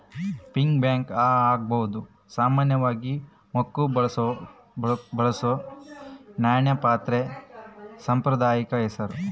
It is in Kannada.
ಪಿಗ್ಗಿ ಬ್ಯಾಂಕ್ ಅಂಬಾದು ಸಾಮಾನ್ಯವಾಗಿ ಮಕ್ಳು ಬಳಸೋ ನಾಣ್ಯ ಪಾತ್ರೆದು ಸಾಂಪ್ರದಾಯಿಕ ಹೆಸುರು